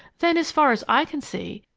then, as far as i can see,